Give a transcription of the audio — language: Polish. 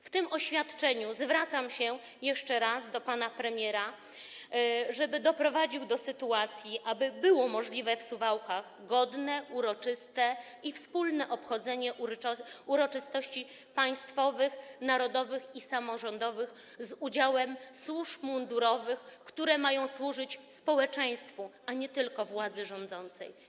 W tym oświadczeniu zwracam się jeszcze raz do pana premiera, żeby doprowadził do sytuacji, aby w Suwałkach było możliwe godne, uroczyste i wspólne obchodzenie uroczystości państwowych, narodowych i samorządowych z udziałem służb mundurowych, które mają służyć społeczeństwu, a nie tylko władzy rządzącej.